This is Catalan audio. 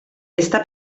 està